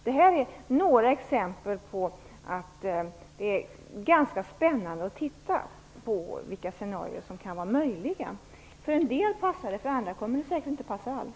Detta är några exempel på att det är spännande att se på vilka scenarion som är möjliga. För en del passar det. För andra kommer det säkert att inte passa alls.